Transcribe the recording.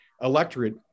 Electorate